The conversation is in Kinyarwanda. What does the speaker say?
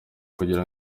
kugira